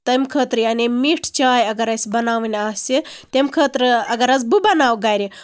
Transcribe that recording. تَمہِ خٲطرٕ یعنی مِٹھٕ چاے اَگر اَسہِ بَناوٕنۍ آسہِ تَمہِ خٲطرٕ اَگر حظ بہٕ بَناوٕ گرِ